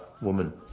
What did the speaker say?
woman